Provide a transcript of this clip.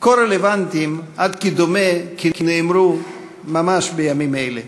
כה רלוונטיים, עד כי דומה שנאמרו ממש בימים אלה,